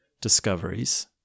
discoveries